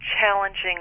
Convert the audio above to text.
challenging